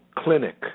clinic